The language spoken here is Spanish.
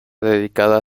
dedicada